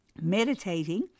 Meditating